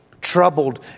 troubled